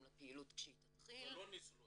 לפעילות כשהיא תתחיל --- ולא ניצלו את זה.